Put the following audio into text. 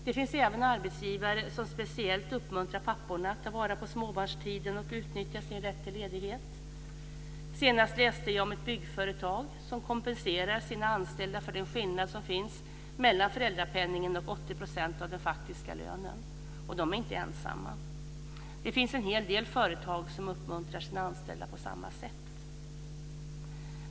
Det finns även arbetsgivare som speciellt uppmuntrar papporna att ta vara på småbarnstiden och utnyttja sin rätt till ledighet. Senast läste jag om ett byggföretag som kompenserade sina anställda för den skillnad som finns mellan föräldrapenningen och 80 % av den faktiska lönen. Det företaget är inte ensamt. Det finns en hel del företag som uppmuntrar sina anställda på samma sätt.